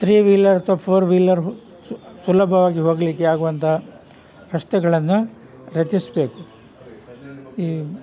three wheeler ಅಥವಾ four wheeler ಸುಲಭವಾಗಿ ಹೋಗಲಿಕ್ಕೆ ಆಗುವಂತಹ ರಸ್ತೆಗಳನ್ನು ರಚಿಸಬೇಕು ಈ